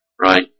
right